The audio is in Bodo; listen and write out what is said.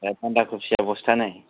ओमफ्राय बान्दा कफिया बस्थानै